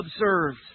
observed